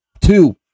two